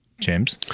James